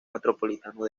metropolitano